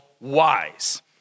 wise